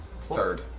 third